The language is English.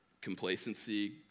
complacency